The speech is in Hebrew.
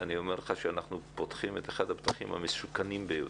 אני אומר לך שאנחנו פותחים את אחד הפתחים המסוכנים ביותר.